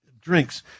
drinks